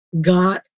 got